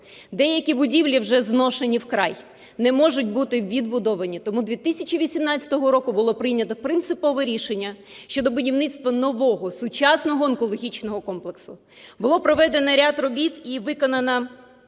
Деякі будівлі вже зношені вкрай, не можуть бути відбудовані, тому 2018 року будо прийнято принципове рішення щодо будівництва нового, сучасного онкологічного комплексу. Було проведено ряд робіт і виконано